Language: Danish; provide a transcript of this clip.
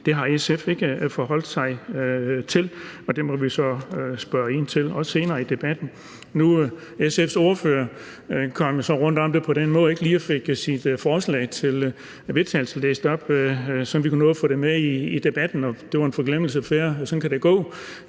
Det har SF ikke forholdt sig til, og det må vi så spørge ind til senere i debatten. SF's ordfører kom så rundt om det ved ikke at få sit forslag til vedtagelse læst op, så vi kunne nå at få det med i debatten. Det var en forglemmelse, og sådan kan det gå,